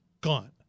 gone